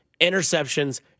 interceptions